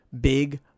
Big